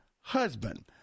husband